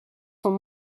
sont